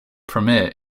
premiere